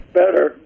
better